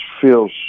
feels